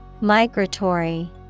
Migratory